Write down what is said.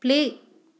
play